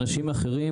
אנשים אחרים,